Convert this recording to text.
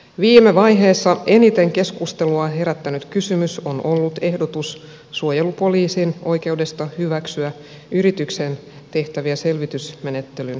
viime vaiheessa eniten keskustelua herättänyt kysymys on ollut ehdotus suojelupoliisin oikeudesta hyväksyä yrityksen tehtäviä selvitysmenettelyn piiriin